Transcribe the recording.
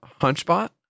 hunchbot